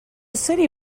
city